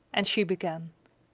and she began.